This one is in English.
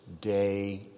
day